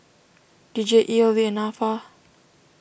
D J E L V and Nafa